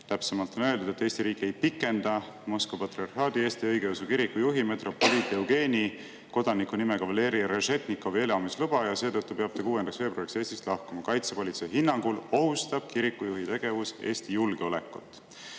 Täpsemalt on öeldud: "Eesti riik ei pikenda Moskva Patriarhaadi Eesti Õigeusu Kiriku juhi, metropoliit Eugeni, kodanikunimega Valeri Rešetnikovi elamisluba ja seetõttu peab ta 6. veebruariks Eestist lahkuma. Kaitsepolitsei hinnangul ohustab kirikujuhi tegevus Eesti julgeolekut."